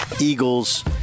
Eagles